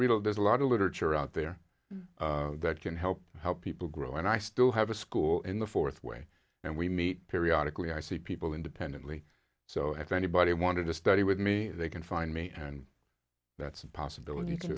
oh there's a lot of literature out there that can help help people grow and i still have a school in the fourth way and we meet periodic lee i see people independently so if anybody wanted to study with me they can find me and that's a possibility